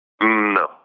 No